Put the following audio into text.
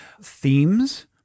themes